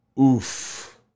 oof